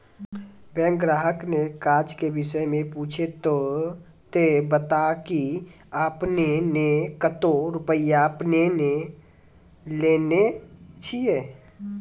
Bank ग्राहक ने काज के विषय मे पुछे ते बता की आपने ने कतो रुपिया आपने ने लेने छिए?